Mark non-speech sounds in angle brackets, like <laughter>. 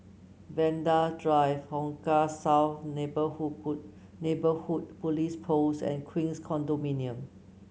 Vanda Drive Hong Kah South Neighbourhood <unintelligible> Neighbourhood Police Post and Queens Condominium